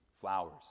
flowers